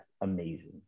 amazing